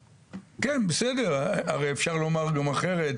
כן, בסדר, הרי אפשר לומר גם אחרת.